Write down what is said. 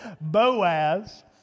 Boaz